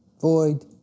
Void